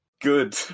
Good